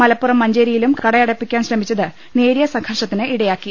മലപ്പുറം മഞ്ചേരിയിലും കടയടപ്പിക്കാൻ ശ്രമിച്ചത് നേരിയ സംഘർഷത്തിന് ഇട യാക്കി